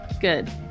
good